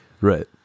Right